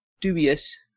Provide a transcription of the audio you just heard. dubious